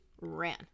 ran